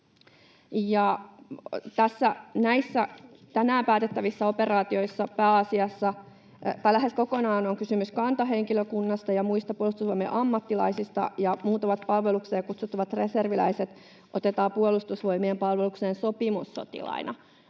Näissä tänään päätettävissä operaatioissa lähes kokonaan on kysymys kantahenkilökunnasta ja muista Puolustusvoimien ammattilaisista, ja muutamat palvelukseen kutsuttavat reserviläiset otetaan Puolustusvoimien palvelukseen sopimussotilaina,